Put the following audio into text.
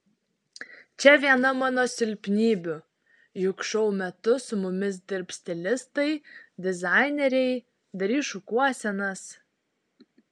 čia viena mano silpnybių juk šou metu su mumis dirbs stilistai dizaineriai darys šukuosenas